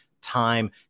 time